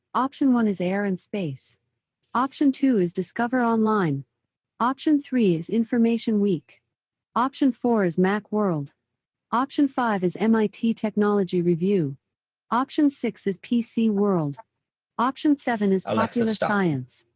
option one is air and space option two is discover online option three is information week option four is macworld option five is mit technology review option six is pc world option seven is ocular science.